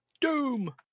Doom